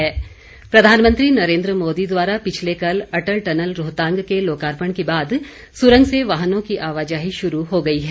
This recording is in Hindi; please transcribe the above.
अटल टनल प्रधानमंत्री नरेन्द्र मोदी द्वारा पिछले कल अटल टनल रोहतांग के लोकार्पण के बाद सुरंग से वाहनों की आवाजाही शुरू हो गई है